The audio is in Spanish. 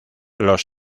los